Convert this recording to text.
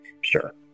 Sure